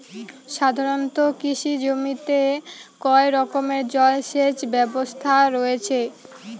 সাধারণত কৃষি জমিতে কয় রকমের জল সেচ ব্যবস্থা রয়েছে?